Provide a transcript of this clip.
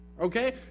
Okay